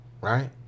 right